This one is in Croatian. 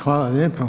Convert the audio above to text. Hvala lijepo.